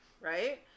right